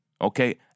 okay